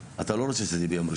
אתה לא רוצה שזה יהיה ביום ראשון.